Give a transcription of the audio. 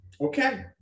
Okay